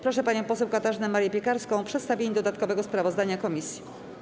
Proszę panią poseł Katarzynę Marię Piekarską o przedstawienie dodatkowego sprawozdania komisji.